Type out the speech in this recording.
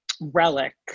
Relic